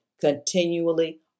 continually